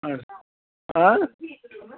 اچھا